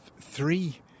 three